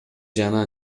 жана